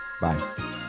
Bye